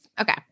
okay